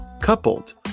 coupled